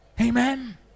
Amen